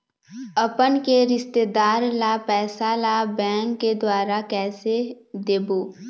अपन के रिश्तेदार ला पैसा ला बैंक के द्वारा कैसे देबो?